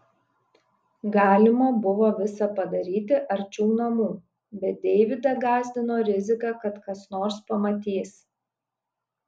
galima buvo visa padaryti arčiau namų bet deividą gąsdino rizika kad kas nors pamatys